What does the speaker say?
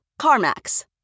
CarMax